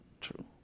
True